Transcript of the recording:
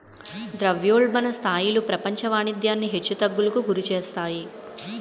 ద్రవ్యోల్బణ స్థాయిలు ప్రపంచ వాణిజ్యాన్ని హెచ్చు తగ్గులకు గురిచేస్తాయి